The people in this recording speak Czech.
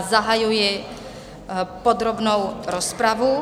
Zahajuji podrobnou rozpravu.